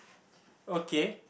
okay